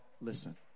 listen